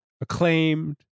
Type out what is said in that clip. acclaimed